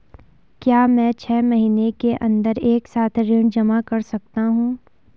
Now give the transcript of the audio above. क्या मैं छः महीने के अन्दर एक साथ ऋण जमा कर सकता हूँ?